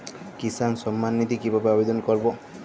কিষান সম্মাননিধি কিভাবে আবেদন করব?